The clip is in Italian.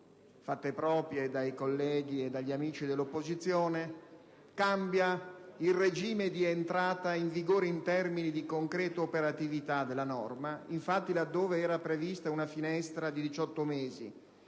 fatte proprie dai colleghi e dagli amici dell'opposizione, cambia il regime di entrata in vigore in termini di concreta operatività della norma. Infatti, laddove era prevista una finestra di 18 mesi,